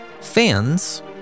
Fans